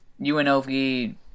UNLV